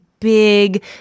big